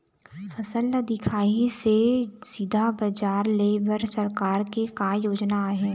फसल ला दिखाही से सीधा बजार लेय बर सरकार के का योजना आहे?